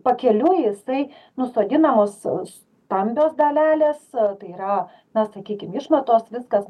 pakeliui jisai nusodinamos sos stambios dalelės tai yra na sakykim išmatos viskas